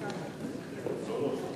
10), התש"ע 2010, נתקבל.